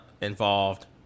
involved